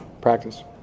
practice